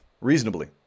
Reasonably